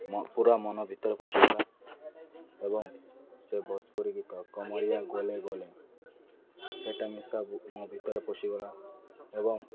ମ ପୁରା ମନ ଭିତରେ ପଶିଗଲା ଏବଂ ସେ ଭୋଜପୁରୀ ଗୀତ କାମରିଆ ଗଲେ ଗଲେ ସେଟା ମିଶା ମୋ ଭିତରେ ପଶିଗଲା ଏବଂ